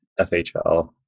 FHL